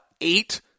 eight